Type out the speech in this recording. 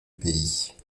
pays